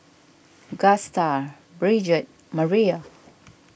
Gusta Bridget Mariah